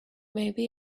maybe